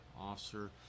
officer